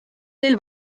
teil